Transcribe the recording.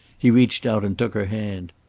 he reached out and took her hand.